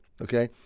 Okay